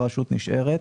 והרשות נשארת.